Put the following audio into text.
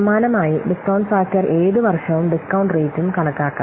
സമാനമായി discount factor ഏത് വർഷവും ഡിസ്കൌണ്ട് റേറ്റും കണക്കാക്കാം